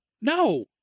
No